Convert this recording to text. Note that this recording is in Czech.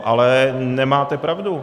Ale nemáte pravdu.